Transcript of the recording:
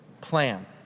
plan